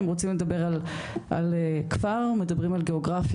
אם רוצים לדבר על כפר אז מדבר על גיאוגרפיה,